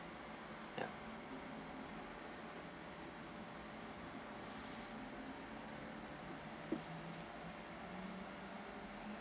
ya